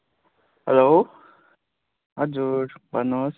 hello हजुर भन्नुहोस्